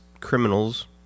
criminals